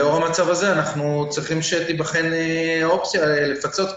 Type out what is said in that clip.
לאור המצב הזה אנחנו צריכים שתיבחן אופציה לפצות,